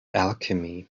alchemy